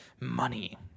money